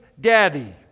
Daddy